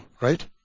right